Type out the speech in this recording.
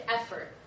effort